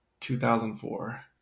2004